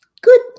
Good